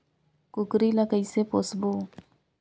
कूकरी ला कइसे पोसबो?